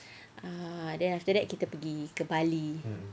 ah then after that kita pergi ke bali